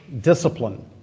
discipline